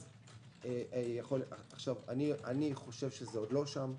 אני חושב שאנחנו עוד לא שם.